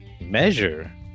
measure